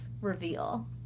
reveal